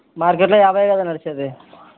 మార్కెట్లో యాభై కదా నడిచేది